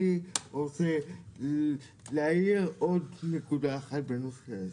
אני רוצה להעיר על עוד נקודה אחת בנושא הזה.